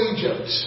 Egypt